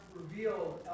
revealed